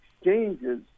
exchanges